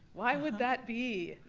why would that be?